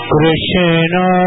Krishna